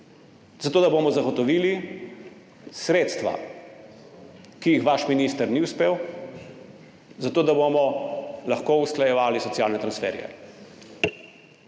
Zato da bomo zagotovili sredstva, ki jih vaš minister ni uspel, za to, da bomo lahko usklajevali socialne transferje.